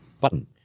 button